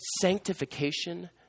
sanctification